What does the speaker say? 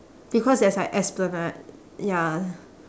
because there's like esplanade ya